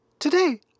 Today